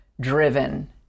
driven